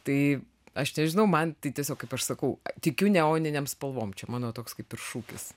tai aš nežinau man tai tiesiog kaip aš sakau tikiu neoninėm spalvom čia mano toks kaip ir šūkis